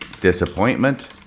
disappointment